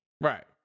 Right